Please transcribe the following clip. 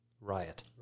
riot